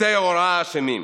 שצוותי ההוראה אשמים.